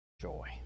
joy